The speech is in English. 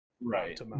Right